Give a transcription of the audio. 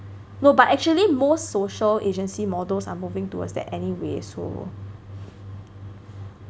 no but actually most social agency models are moving towards that anyway so